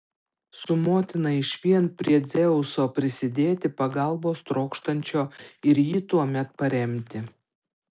su motina išvien prie dzeuso prisidėti pagalbos trokštančio ir jį tuomet paremti